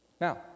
Now